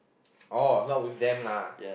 orh not with them lah